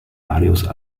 varios